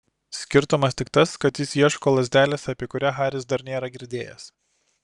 skirtumas tik tas kad jis ieško lazdelės apie kurią haris dar nėra girdėjęs